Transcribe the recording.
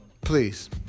please